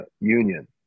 Union